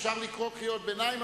אפשר לקרוא קריאות ביניים,